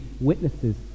witnesses